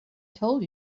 told